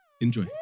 Enjoy